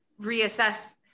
reassess